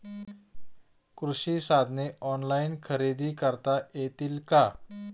कृषी साधने ऑनलाइन खरेदी करता येतील का?